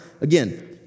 again